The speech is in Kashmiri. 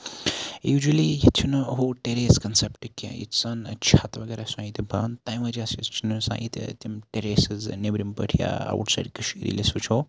یوٗجؤلی ییٚتہِ چھُنہٕ ہُہ ٹیریس کَنسیپٹ کیٚنٛہہ ییٚتہِ چھُ آسان چھتھ وغیرہ چھُ تَمہِ وجہہ سۭتۍ سُہ چھُ نہٕ آسان ییٚتہِ تِم ٹیریسٕز تہٕ نیبرِم پٲٹھۍ یا اَوُٹ سایڈ کَشمیٖر ییٚلہِ أسۍ وُچھو